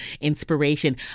inspiration